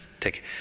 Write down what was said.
take